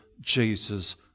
Jesus